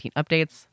updates